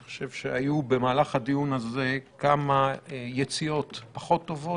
אני חושב שהיו במהלך הדיון הזה כמה יציאות פחות טובות,